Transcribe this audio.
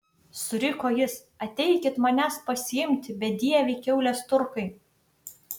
suriko jis ateikit manęs pasiimti bedieviai kiaulės turkai